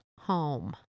home